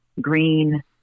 green